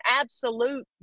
absolute